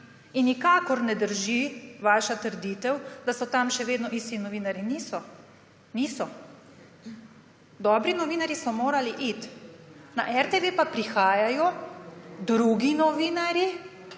Nikakor ne drži vaša trditev, da so tam še vedno isti novinarji. Niso. Dobri novinarji so morali iti. Na RTV pa prihajajo drugi novinarji,